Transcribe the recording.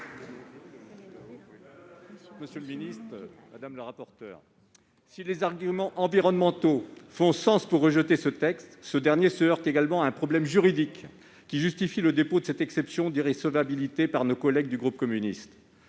pour explication de vote. Si les arguments environnementaux font sens pour rejeter ce texte, ce dernier se heurte également à un problème juridique, qui justifie le dépôt de cette exception d'irrecevabilité par nos collègues du groupe communiste.